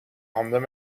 handen